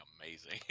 amazing